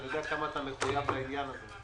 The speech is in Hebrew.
אני יודע כמה אתה מחויב לעניין הזה.